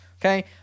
Okay